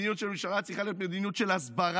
מדיניות של ממשלה צריכה להיות מדיניות של הסברה.